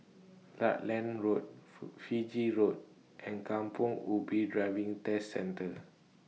Rutland Road Fiji Road and Kampong Ubi Driving Test Centre